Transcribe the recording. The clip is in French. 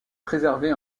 préservé